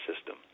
system